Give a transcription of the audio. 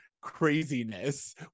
craziness